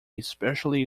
especially